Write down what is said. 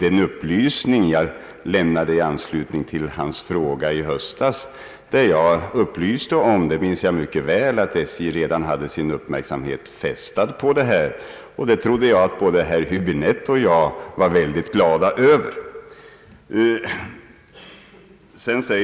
den upplysning jag gav i samband med hans fråga i höstas, då jag — vilket jag minns mycket väl — förklarade att SJ redan hade sin uppmärksamhet riktad på det här problemet. Jag trodde att både herr Häbinette och jag var glada över detta.